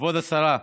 כבוד השרה,